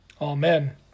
Amen